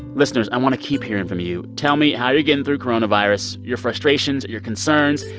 listeners, i want to keep hearing from you. tell me how you're getting through coronavirus. your frustrations, your concerns,